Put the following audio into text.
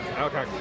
Okay